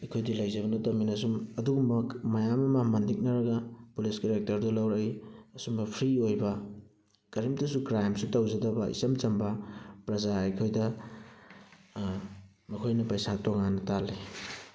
ꯑꯩꯈꯣꯏꯗꯤ ꯂꯩꯖꯕ ꯅꯠꯇꯕꯅꯤꯅ ꯁꯨꯝ ꯑꯗꯨꯒꯨꯝꯕ ꯃꯌꯥꯝ ꯑꯃ ꯃꯟꯇꯤꯛꯅꯔꯒ ꯄꯨꯂꯤꯁ ꯀꯦꯔꯦꯛꯇꯔꯗꯨ ꯂꯧꯔꯛꯏ ꯑꯁꯨꯝꯕ ꯐ꯭ꯔꯤ ꯑꯣꯏꯕ ꯀꯔꯤꯝꯇꯁꯨ ꯀ꯭ꯔꯥꯏꯝꯁꯨ ꯇꯧꯖꯗꯕ ꯏꯆꯝ ꯆꯝꯕ ꯄ꯭ꯔꯖꯥ ꯑꯩꯈꯣꯏꯗ ꯃꯈꯣꯏꯅ ꯄꯩꯁꯥ ꯇꯣꯉꯥꯟꯅ ꯇꯥꯜꯂꯤ